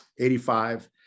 85